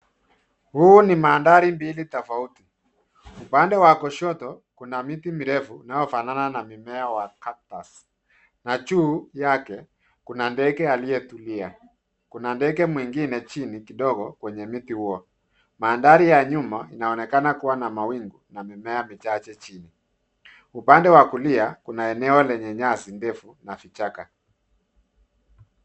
Huu ni mandhari mbili tofauti. Upande wa kushoto kuna miti mirefu inayofanana na mmea wa cactus , na juu yake kuna ndege aliye tulia. Kuna ndege mwingine chini kidogo kwenye mti huo. Mandhari ya nyuma inaonekana kua na mawingu na mimea michache chini. Upande wa kulia kuna eneo lenye nyasi ndefu na vichaka.